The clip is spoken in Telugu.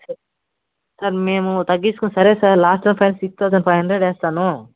సార్ మేము తగ్గిచ్చొకొని సరే sir last five six thousand five hundred వేస్తానూ